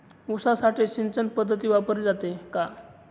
ऊसासाठी सिंचन पद्धत वापरली जाते का?